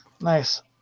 nice